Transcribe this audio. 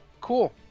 Cool